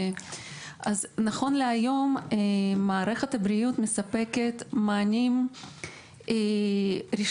נכון להיום מערכת הבריאות מספקת מענים ראשוניים,